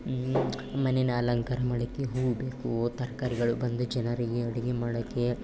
ಮನೇನ ಅಲಂಕಾರ ಮಾಡೋಕೆ ಹೂವು ಬೇಕು ತರಕಾರಿಗಳು ಬಂದು ಜನರಿಗೆ ಅಡುಗೆ ಮಾಡೋಕೆ